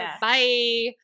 Bye